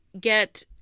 get